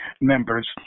members